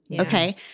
Okay